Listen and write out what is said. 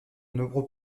nombreux